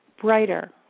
brighter